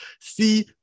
see